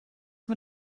mit